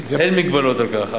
אין מגבלות על כך.